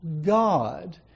God